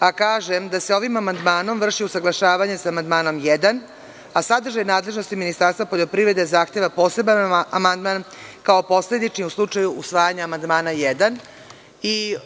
a kažem da se ovim amandmanom vrši usaglašavanjem sa amandmanom 1, a sadržaj nadležnosti Ministarstva poljoprivrede zahteva poseban amandman, kao posledični, u slučaju usvajanja amandmana 1.